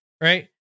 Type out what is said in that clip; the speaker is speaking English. right